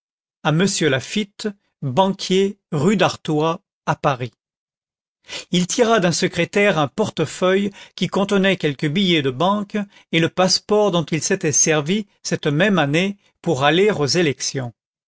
à monsieur laffitte banquier rue d'artois à paris il tira d'un secrétaire un portefeuille qui contenait quelques billets de banque et le passeport dont il s'était servi cette même année pour aller